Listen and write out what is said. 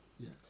Yes